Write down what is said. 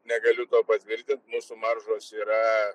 negaliu to patvirtint mūsų maržos yra